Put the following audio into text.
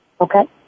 Okay